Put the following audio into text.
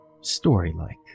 story-like